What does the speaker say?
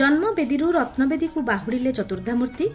ଜନ୍କ ବେଦୀରୁ ରତୁବେଦୀକୁ ବାହୁଡିଲେ ଚତୁର୍ଦ୍ଧାମର୍ତି